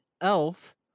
elf